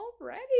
already